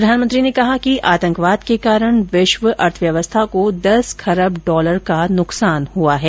प्रधानमंत्री ने कहा कि आतंकवाद के कारण विश्व अर्थव्यवस्था को दस खरब डॉलर का नुकसान हुआ है